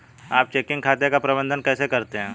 आप चेकिंग खाते का प्रबंधन कैसे करते हैं?